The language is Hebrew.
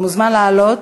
אתה מוזמן לעלות.